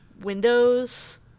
Windows